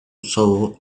saw